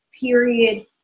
period